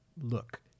look